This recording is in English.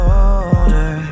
older